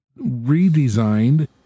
redesigned